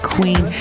Queen